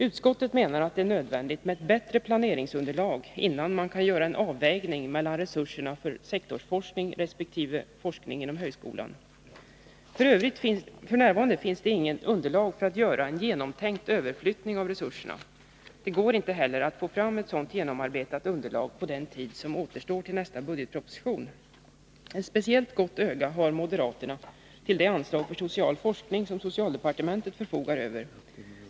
Utskottets majoritet menar att det är nödvändigt med ett bättre planeringsunderlag, innan man kan göra en avvägning mellan resurserna för sektorsforskning resp. forskning inom högskolan. F.n. finns det inget underlag för att göra en genomtänkt överflyttning av resurserna. Det går inte att få fram ett genomarbetat underlag på den tid som återstår till nästa Ett speciellt gott öga har moderaterna till det anslag för social forskning som socialdepartementet förfogar över.